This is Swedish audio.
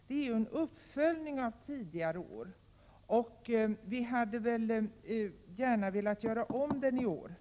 Den är en uppföljning av tidigare års krav. Vi hade gärna velat göra om årets reservation.